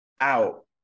out